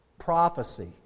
Prophecy